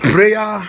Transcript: Prayer